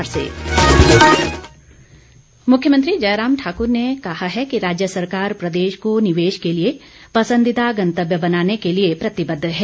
मुख्यमंत्री मुख्यमंत्री जयराम ठाकुर ने कहा है कि राज्य सरकार प्रदेश को निवेश के लिए पंसदीदा गंतव्य बनाने के लिए प्रतिबद्ध है